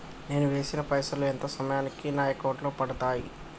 నేను వేసిన పైసలు ఎంత సమయానికి నా అకౌంట్ లో పడతాయి?